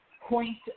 point